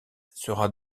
sera